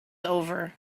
over